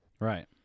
Right